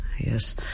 Yes